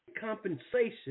Compensation